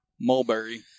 mulberry